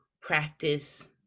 practice